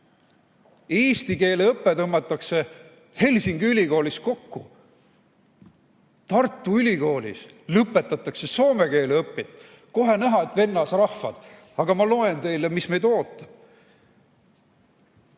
Eesti keele õpe tõmmatakse Helsingi ülikoolis kokku. Tartu Ülikoolis lõpetatakse soome keele õpet. Kohe näha, et vennasrahvad. Aga ma loen teile, mis meid ootab.